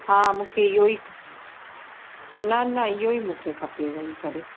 हा मूंखे इहेई न न इहेई मूंखे खपे वेही करे